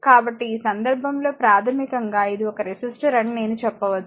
కాబట్టి ఈ సందర్భంలో ప్రాథమికంగా ఇది ఒక రెసిస్టర్ అని చెప్పవచ్చు